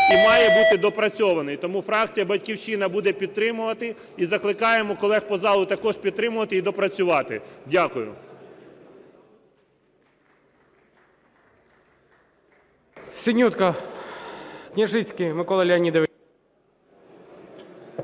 і має бути доопрацьований. Тому фракція "Батьківщина" буде підтримувати, і закликаємо колег по залу також підтримувати і доопрацювати. Дякую.